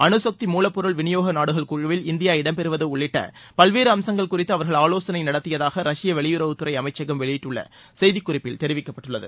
அழுசக்தி மூலப்பொருள் விளியோக நாடுகள் குழுவில் இந்தியா இடம்பெறுவது உள்ளிட்ட பல்வேறு அம்சங்கள் குறித்து அவர்கள் ஆவோசனை நடத்தியதாக ரஷ்ய வெளியுறவுத்துறை அமைச்சகம் வெளியிட்டுள்ள செய்திக்குறிப்பில் தெரிவிக்கப்பட்டுள்ளது